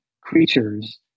creatures